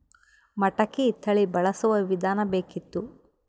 ಮಟಕಿ ತಳಿ ಬಳಸುವ ವಿಧಾನ ಬೇಕಿತ್ತು?